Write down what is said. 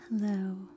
Hello